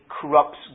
corrupts